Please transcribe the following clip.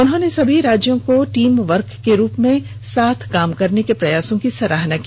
उन्होंने सभी राज्यों को टीमवर्क के रूप में साथ काम करने के प्रयासों की सराहना की